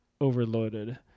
overloaded